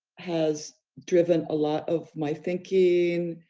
has driven a lot of my thinking,